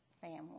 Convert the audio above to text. family